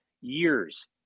years